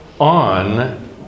on